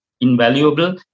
invaluable